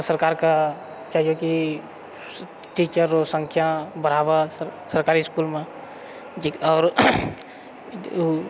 सरकारके चहिए की टीचर रऽ संख्या बढ़ावै सरकारी इसकुलमे आओर ओ